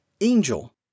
Angel